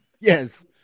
Yes